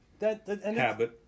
Habit